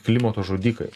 klimato žudikai